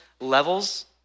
levels